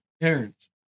parents